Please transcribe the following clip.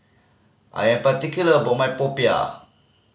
I am particular about my popiah